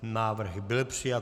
Návrh byl přijat.